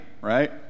right